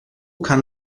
kann